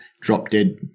drop-dead